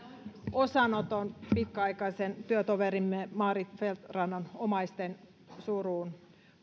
osanoton pitkäaikaisen työtoverimme maarit feldt rannan omaisten suruun